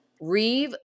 Reeve